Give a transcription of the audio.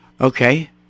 Okay